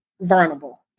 vulnerable